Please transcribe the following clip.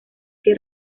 que